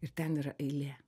ir ten yra eilė